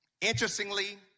interestingly